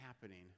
happening